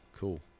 Cool